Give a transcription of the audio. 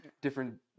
different